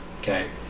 okay